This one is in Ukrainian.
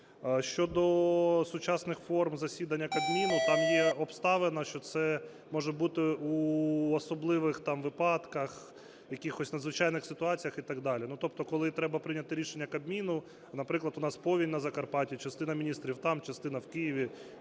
Щодо сучасних форм засідання Кабміну. Там є обставина, що це може бути в особливих там випадках, в якихось надзвичайних ситуаціях і так далі. Тобто, коли треба прийняти рішення Кабміну, наприклад, у нас повінь на Закарпатті, частина міністрів там, частина в Києві,